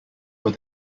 were